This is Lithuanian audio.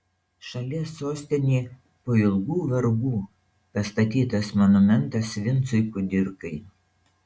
šalies sostinėje po ilgų vargų pastatytas monumentas vincui kudirkai